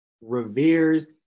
reveres